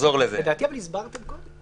לדעתי הסברתם קודם.